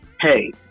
Hey